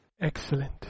Excellent